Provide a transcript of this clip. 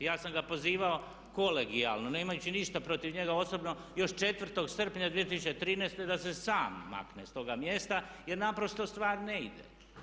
Ja sam ga pozivao kolegijalno nemajući ništa protiv njega osobno još 4. srpnja 2013. da se sam makne s toga mjesta jer naprosto stvar ne ide.